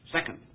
Second